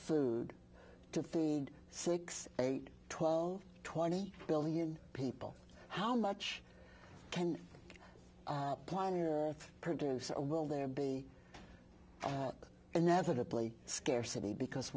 food to feed six eight twelve twenty billion people how much can plan your produce or will there be inevitably scarcity because